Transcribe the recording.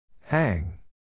Hang